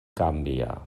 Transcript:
gambia